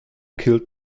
killed